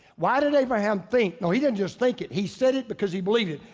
why did abraham think? no, he didn't just think it he said it because he believed it.